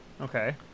Okay